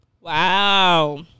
Wow